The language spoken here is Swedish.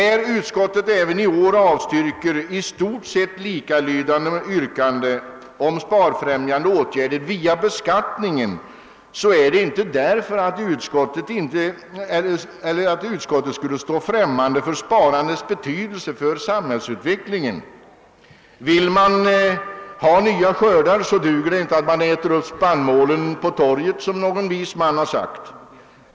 Att utskottet även i år avstyrker i stort sett likalydande yrkanden om sparfrämjande åtgärder via beskattningen beror inte därpå att utskottet skulle stå främmande för sparandets betydelse för samhällsutvecklingen. »Vill man ha nya skördar, duger det inte att man äter upp spannmålen på torget», som någon vis man har sagt.